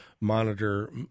monitor